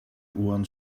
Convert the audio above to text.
one